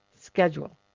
schedule